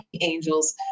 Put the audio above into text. angels